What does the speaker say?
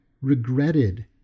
regretted